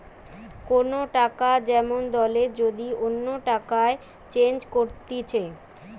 কোন টাকা যেমন দলের যদি অন্য টাকায় চেঞ্জ করতিছে